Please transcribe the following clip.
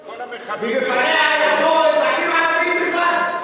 כל המחבלים, ובפניה יבואו אזרחים ערבים בלבד.